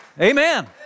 Amen